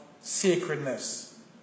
sacredness